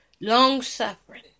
Long-suffering